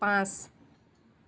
পাঁচ